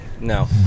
no